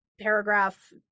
paragraph